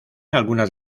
algunas